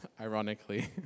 ironically